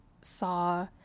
saw